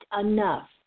enough